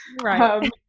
right